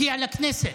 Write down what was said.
הגיע לכנסת,